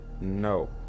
No